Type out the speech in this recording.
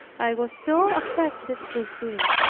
i was so affected within.